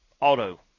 auto